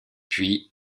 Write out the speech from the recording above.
puis